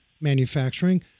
manufacturing